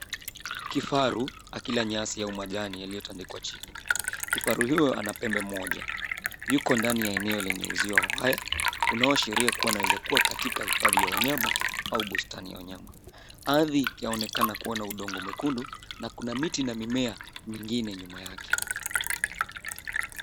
Kifaru akila nyasi au majani yaliotandikwa chini kifaru huyo anapembe moja yuko ndani ya eneo lenye uzio wa waya unaoashiria kua anaweza kua kwenye hifadhi ya wanyama au bustani ya wanyama ardhi yaonekana kua na udongo mwekundu na kuna miti na mimea mengine nyuma yake.